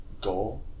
goal